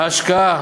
ההשקעה